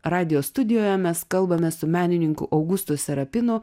radijo studijoje mes kalbame su menininku augustu serapinu